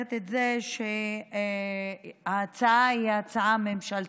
מברכת על זה שההצעה היא הצעה ממשלתית.